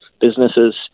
businesses